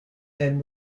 then